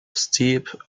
steep